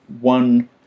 One